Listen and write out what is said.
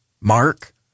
Mark